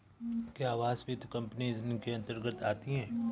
क्या आवास वित्त कंपनी इसके अन्तर्गत आती है?